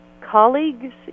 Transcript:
colleagues